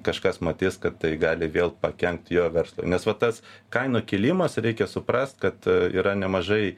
kažkas matys kad tai gali vėl pakenkt jo verslui nes va tas kainų kilimas reikia suprast kad yra nemažai